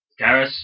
Garrus